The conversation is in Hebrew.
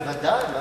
בוודאי.